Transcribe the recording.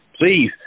please